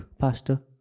pastor